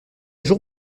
jour